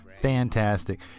Fantastic